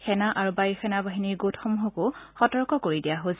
সেনা আৰু বায়ুসেনা বাহিনীৰ গোটসমূহকো সতৰ্ক কৰি দিয়া হৈছে